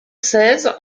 seize